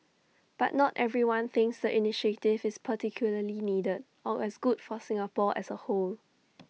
but not everyone thinks the initiative is particularly needed or as good for Singapore as A whole